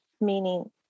Meaning